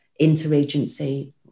interagency